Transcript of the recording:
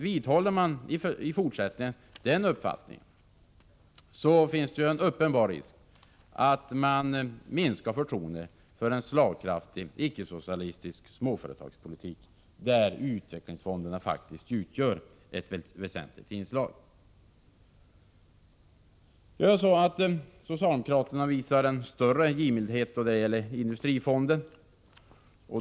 Vidhåller man i fortsättningen den uppfattningen så finns det en uppenbar risk för att man minskar förtroendet för en slagkraftig icke-socialistisk småföretagspolitik, där utvecklingsfonderna faktiskt utgör ett väsentligt inslag. Socialdemokraterna visar en större givmildhet när det gäller Industrifonden.